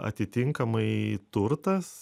atitinkamai turtas